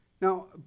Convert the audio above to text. Now